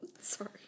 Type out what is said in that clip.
sorry